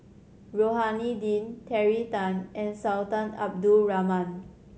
Rohani Din Terry Tan and Sultan Abdul Rahman